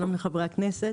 שלום לחברי הכנסת.